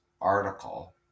article